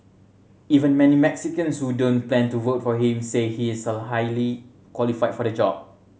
even many Mexicans who don't plan to vote for him say he is so highly qualified for the job